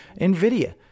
Nvidia